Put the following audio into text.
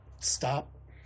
stop